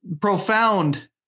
Profound